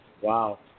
Wow